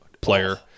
player